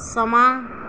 समां